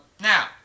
Now